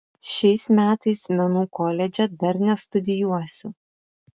šiais metais menų koledže dar nestudijuosiu